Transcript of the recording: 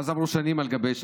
ואז עברו שנים על גבי שנים,